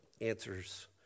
answers